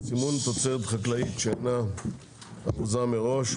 (סימון תוצרת חקלאית שאינה ארוזה מראש),